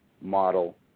model